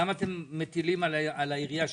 למה אתם מטילים על העירייה 75%?